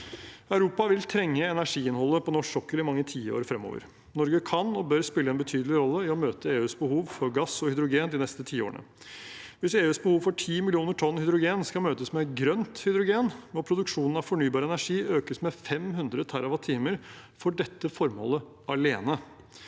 Europa vil trenge energiinnholdet på norsk sokkel i mange tiår fremover. Norge kan og bør spille en betydelig rolle i å møte EUs behov for gass og hydrogen de neste tiårene. Hvis EUs behov for 10 millioner tonn hydrogen skal møtes med grønt hydrogen, må produksjonen av fornybar energi økes med 500 TWh for dette formålet alene.